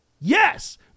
yes